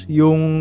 yung